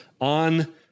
on